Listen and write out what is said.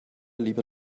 lieber